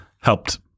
helped